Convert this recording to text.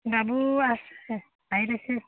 বাবু আ আহি পাইছে